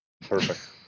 Perfect